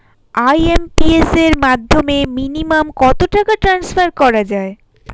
IMPS এর মাধ্যমে minimum কত টাকা ট্রান্সফার করা যায়?